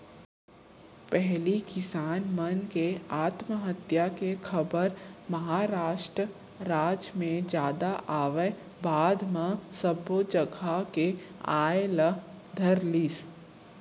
पहिली किसान मन के आत्महत्या के खबर महारास्ट राज म जादा आवय बाद म सब्बो जघा के आय ल धरलिस